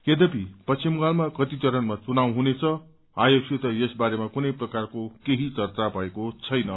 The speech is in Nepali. यद्यपि पश्चिम बंगालमा कति चरणमा चुनाव हुनेछ आयोगसित यस बारेमा कुनै प्रकारको केही चर्चा भएको छैन